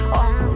on